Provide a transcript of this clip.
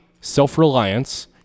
self-reliance